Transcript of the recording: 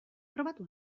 probatu